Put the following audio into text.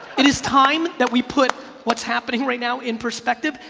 it is time that we put what's happening right now in perspective,